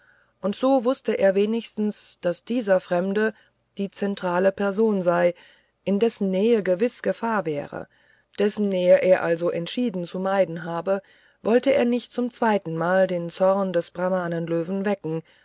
und so wußte er wenigstens daß dieser fremde die zentrale person sei in dessen nähe gewiß gefahr wäre dessen nähe er also entschieden zu meiden habe wollte er nicht zum zweitenmal den zorn des brahmanen löwen wecken